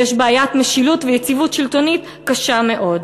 ויש בעיית משילות ויציבות שלטונית קשה מאוד.